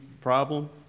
problem